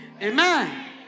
Amen